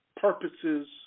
purposes